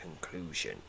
conclusion